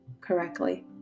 correctly